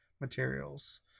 materials